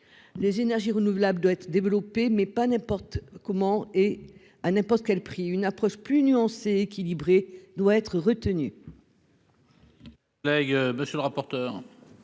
Les énergies renouvelables doivent être développées, mais pas n'importe comment ni à n'importe quel prix. Une approche plus nuancée et équilibrée doit être retenue. Quel est l'avis de